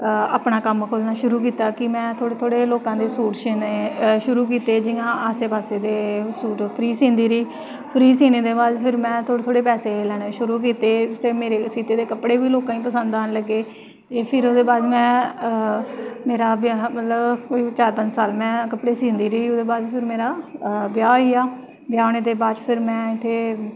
अपना कम्म खोह्लना शुरू कीता में लोकां दे थोह्ड़े थोह्ड़े सूट सीना शुरू कीते जि'यां आस्से पास्से दे सूट फ्री सींदी रेही फिर फ्री सीने दे बाद फिर में थोह्ड़े थोह्ड़े पैसे लैने शुरू कीते मेरे सीते दे कपड़े बी लोकें गी पसंद आन लगे फिर ओह्दे बाद में मेरा चार पंज साल मतलब में कपड़े सींदी रेही ओह्दे बाद फिर मेरा ब्याह् होई गेआ ब्याह् होने दे बाद